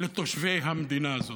לתושבי המדינה הזאת,